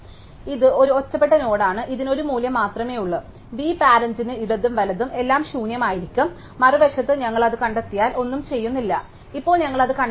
അതിനാൽ ഇത് ഒരു ഒറ്റപ്പെട്ട നോഡാണ് ഇതിന് ഒരു മൂല്യം മാത്രമേ ഉള്ളൂ v പാരന്റ്ന് ഇടതും വലതും എല്ലാം ശൂന്യമായിരിക്കും മറുവശത്ത് ഞങ്ങൾ അത് കണ്ടെത്തിയാൽ ഒന്നും ചെയ്യുന്നില്ല ഇപ്പോൾ ഞങ്ങൾ അത് കണ്ടെത്തിയില്ല